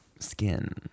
skin